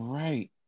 right